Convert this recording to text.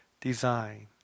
design